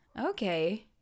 okay